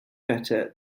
better